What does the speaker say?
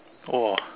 !wah!